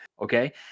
okay